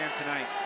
tonight